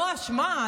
לא אשמה,